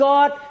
God